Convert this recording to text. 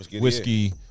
whiskey